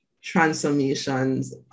transformations